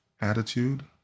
attitude